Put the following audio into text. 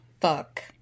fuck